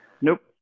Nope